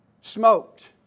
smoked